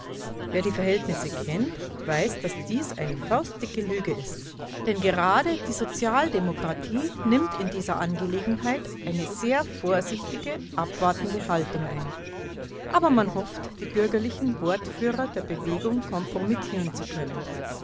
wer die verhältnisse kennt weiß daß dies eine faustdicke lüge ist denn gerade die sozialdemokratie nimmt in dieser angelegenheit eine sehr vorsichtige abwartende haltung ein aber man hofft die bürgerlichen wortführer der bewegung kompromittieren zu können